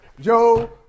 Joe